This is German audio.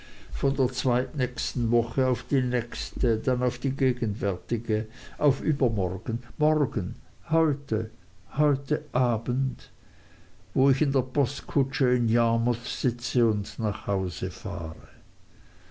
von der zweitnächsten woche auf die nächste dann auf die gegenwärtige auf übermorgen morgen heute heute abend wo ich in der postkutsche in yarmouth sitze und nach hause fahre